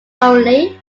only